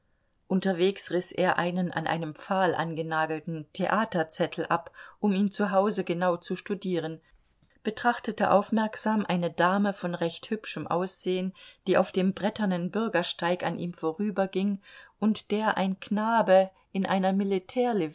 unterwegs riß er einen an einem pfahl angenagelten theaterzettel ab um ihn zu hause genau zu studieren betrachtete aufmerksam eine dame von recht hübschem aussehen die auf dem bretternen bürgersteig an ihm vorüberging und der ein knabe in einer